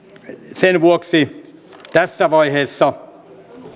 sen vuoksi tässä vaiheessa